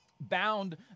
bound